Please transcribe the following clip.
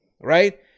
right